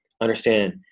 understand